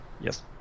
Yes